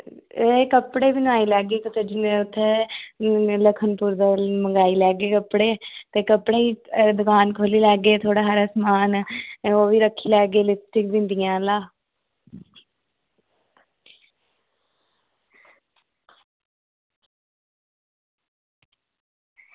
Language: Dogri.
एह् कपड़े बी बनाई लैगे उत्थें मंगाई लैगे कपड़े कपड़ें दी दुकान खोहल्ली लैगे थोह्ड़ा हारा समान ते ओह्बी रक्खी लैगे लिपस्टिक बिंदियां आह्ला